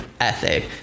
ethic